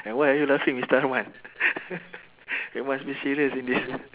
and why are you laughing mister arman we must be serious in this